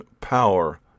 power